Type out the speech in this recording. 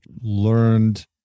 learned